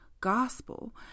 gospel